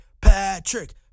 Patrick